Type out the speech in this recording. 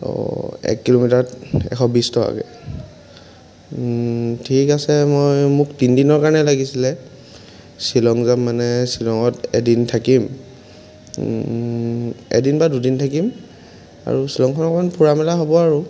এক কিলোমিটাৰত এশ বিছ টকাকৈ ঠিক আছে মই মোক তিনিদিনৰ কাৰণে লাগিছিলে শ্বিলং যাম মানে শ্বিলঙত এদিন থাকিম এদিন বা দুদিন থাকিম আৰু শ্বিলংখন অকণমান ফুৰা মেলা হ'ব আৰু